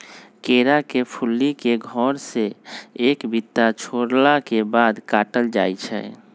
केरा के फुल्ली के घौर से एक बित्ता छोरला के बाद काटल जाइ छै